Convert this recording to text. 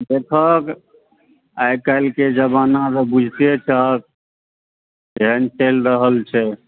देखहक आइ काल्हिके जमानामे बुझते छहक केहन चलि रहल छै